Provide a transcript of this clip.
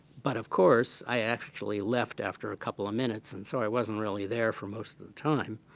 but, of course, i actually left after a couple of minutes and so i wasn't really there for most of the time.